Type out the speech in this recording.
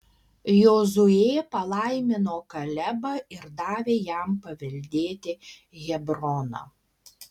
jozuė palaimino kalebą ir davė jam paveldėti hebroną